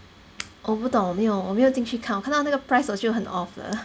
我不懂我没有我没有进去看我看到那个 price 我就很 off 了